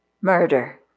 Murder